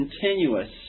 continuous